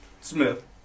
Smith